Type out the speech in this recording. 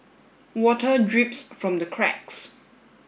water drips from the cracks